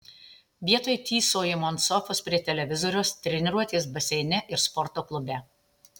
vietoj tysojimo ant sofos prie televizoriaus treniruotės baseine ir sporto klube